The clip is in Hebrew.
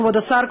כבוד השר,